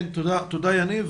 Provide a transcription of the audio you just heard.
תודה, יניב.